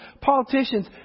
politicians